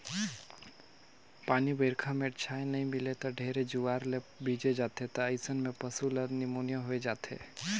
पानी बइरखा में छाँय नइ मिले त ढेरे जुआर ले भीजे जाथें त अइसन में पसु ल निमोनिया होय जाथे